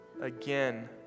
again